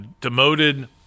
demoted